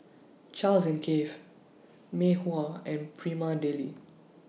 Charles and Keith Mei Hua and Prima Deli